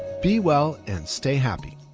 be well and stay happy.